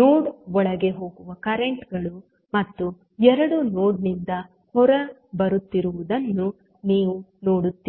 ನೋಡ್ ಒಳಗೆ ಹೋಗುವ ಕರೆಂಟ್ ಗಳು ಮತ್ತು ಎರಡು ನೋಡ್ ನಿಂದ ಹೊರಬರುತ್ತಿರುವುದನ್ನು ನೀವು ನೋಡುತ್ತೀರಿ